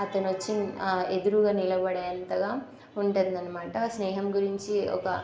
అతను వచ్చి ఎదురుగా నిలబడేంతగా ఉంటుందన్నమాట స్నేహం గురించి ఒక